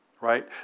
Right